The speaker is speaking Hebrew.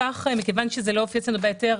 מכיוון שזה לא הופיע אצלנו בהיתר,